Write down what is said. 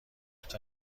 لطفا